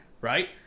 Right